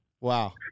Wow